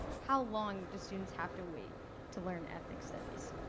how long do students have to wait to learn ethnic studies.